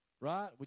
Right